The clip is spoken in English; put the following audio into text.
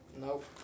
Nope